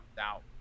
out